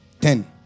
Ten